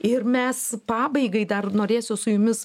ir mes pabaigai dar norėsiu su jumis